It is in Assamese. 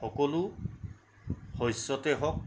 সকলো শস্যতে হওক